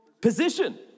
position